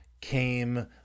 came